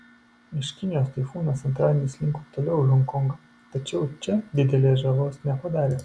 iš kinijos taifūnas antradienį slinko toliau į honkongą tačiau čia didelės žalos nepadarė